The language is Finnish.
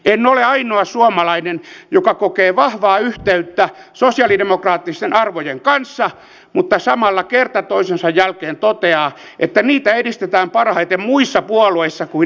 en ole ainoa suomalainen joka kokee vahvaa yhteyttä sosiaalidemokraattisten arvojen kanssa mutta samalla kerta toisensa jälkeen toteaa että niitä edistetään parhaiten muissa puolueissa kuin sdpssä